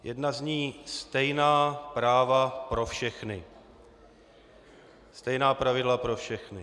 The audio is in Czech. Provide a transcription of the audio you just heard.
Jedna zní: stejná práva pro všechny, stejná pravidla pro všechny.